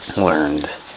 learned